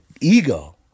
ego